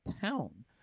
town